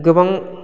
गोबां